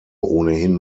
ohnehin